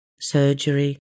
surgery